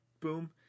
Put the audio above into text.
boom